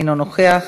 אינו נוכח.